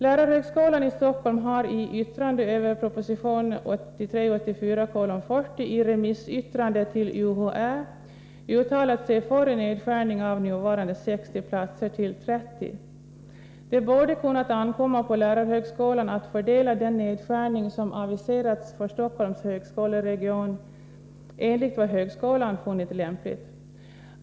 Lärarhögskolan i Stockholm har som ett yttrande över proposition 1983/84:40 i ett remissyttrande till UHÄ uttalat sig för en nedskärning från nuvarande 60 platser till 30. Det borde ha kunnat ankomma på lärarhögskolan dtt göra en omfördelning beträffande den nedskärning som aviserats för Stockholms högskoleregion, i överensstämmelse med vad högskolan funnit vara lämpligt.